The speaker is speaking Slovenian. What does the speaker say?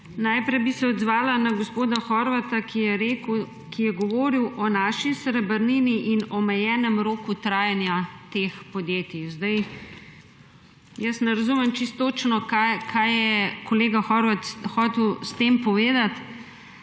Najprej bi se odzvala na gospoda Horvata, ki je govoril o naši srebrnini in o omejenem roku trajanja teh podjetij. Jaz ne razumem čisto točno, kaj je kolega Horvat hotel s tem povedati,